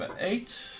eight